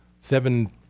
seven